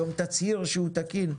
היום תצהיר שהוא תקין,